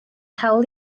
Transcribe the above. hawl